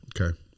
okay